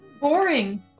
Boring